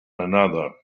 another